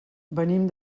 venim